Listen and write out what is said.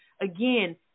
Again